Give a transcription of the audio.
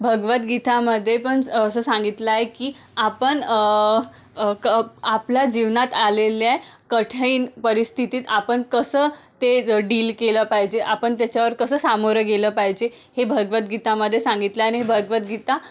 भगवद्गीतामध्ये पण असं सांगितलं आहे की आपण क आपल्या जीवनात आलेल्या कठीण परिस्थितीत आपण कसं ते डील केलं पाहिजे आपण त्याच्यावर कसं सामोरं गेलं पाहिजे हे भगद्गीतामध्ये सांगितलं आहे आणि भगवद्गीता